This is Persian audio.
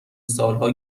سالها